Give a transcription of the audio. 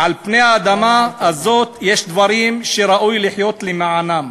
"על פני האדמה הזאת יש דברים שראוי לחיות למענם".